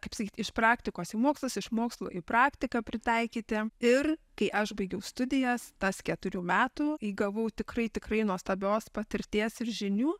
kaip sakyt iš praktikos į mokslus iš mokslų į praktiką pritaikyti ir kai aš baigiau studijas tas keturių metų įgavau tikrai tikrai nuostabios patirties ir žinių